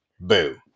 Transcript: Boo